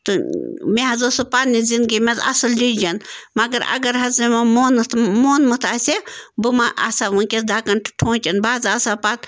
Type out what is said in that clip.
تہٕ مےٚ حظ اوس سُہ پَنٛنہِ زِندگی منٛز اَصٕل ڈِسجَن مگر اگر حظ مونُتھ مونمُت آسہِ ہے بہٕ مَہ آسہٕ ہا وٕنۍکٮ۪س دَکَن تہٕ ٹھونٛچَن بہٕ حظ آسہٕ ہا پَتہٕ